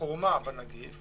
חורמה בנגיף